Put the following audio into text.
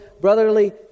brotherly